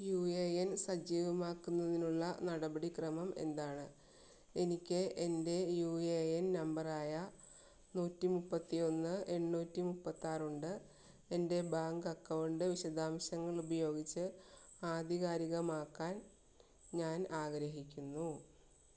U A N സജീവമാക്കുന്നതിനുള്ള നടപടിക്രമം എന്താണ് എനിക്ക് എൻ്റെ യു എ എൻ നമ്പറായ നൂറ്റി മുപ്പത്തി ഒന്ന് എണ്ണൂറ്റി മുപ്പത്താറുണ്ട് എൻ്റെ ബാങ്ക് അക്കൗണ്ട് വിശദാംശങ്ങൾ ഉപയോഗിച്ച് ആധികാരികമാക്കാൻ ഞാൻ ആഗ്രഹിക്കുന്നു